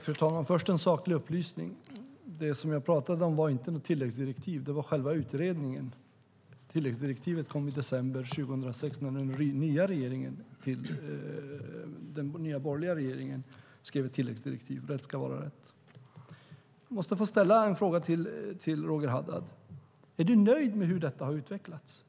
Fru talman! Först en saklig upplysning: Det jag talade om var inte tilläggsdirektivet utan själva utredningen. Tilläggsdirektivet kom i december 2006 när den nya, borgerliga, regeringen skrev ett tilläggsdirektiv - rätt ska vara rätt. Jag måste få ställa en fråga till Roger Haddad: Är du nöjd med hur detta har utvecklats?